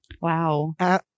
Wow